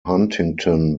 huntington